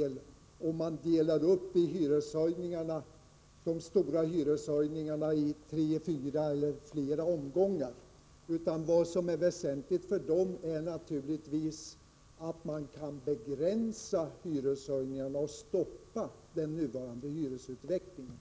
dem om man delar upp de stora hyreshöjningarna i tre, fyra eller flera omgångar. Vad som är väsentligt för hyresgästerna är naturligtvis att man kan begränsa hyreshöjningarna och stoppa den nuvarande hyresutvecklingen.